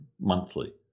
monthly